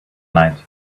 night